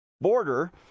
border